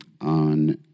on